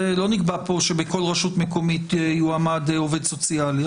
זה לא נקבע פה שבכל רשות מקומית יועמד עובד סוציאלי,